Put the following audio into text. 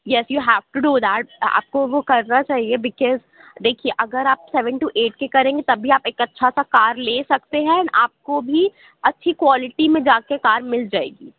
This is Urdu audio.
yes you have to do that آپ کو وہ کرنا چاہیے بکاؤز دیکھیے اگر آپ سیون ٹو ایٹ کے کریں گے تب بھی آپ ایک اچھا سا کار لے سکتے ہیں اینڈ آپ کو بھی اچھی کوالٹی میں جا کے کار مل جائے گی